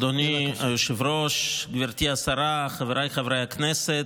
אדוני היושב-ראש, גברתי השרה, חבריי חברי הכנסת,